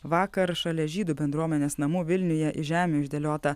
vakar šalia žydų bendruomenės namų vilniuje iš žemių išdėliota